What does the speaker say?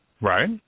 Right